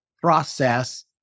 process